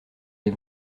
les